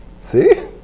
See